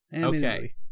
Okay